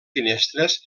finestres